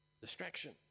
Distraction